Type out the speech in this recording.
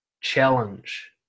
challenge